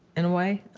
in a way,